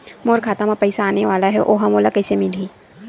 मोर खाता म पईसा आने वाला हे ओहा मोला कइसे मिलही?